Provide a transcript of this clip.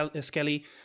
Skelly